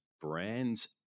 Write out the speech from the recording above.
brands